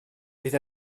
bydd